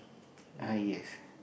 ah yes